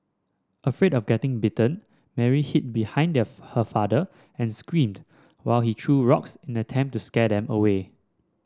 afraid of getting bitten Mary hid behind her father and screamed while he threw rocks in attempt to scare them away